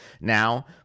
now